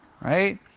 Right